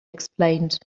explained